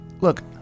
look